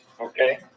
okay